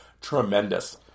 Tremendous